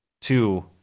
Two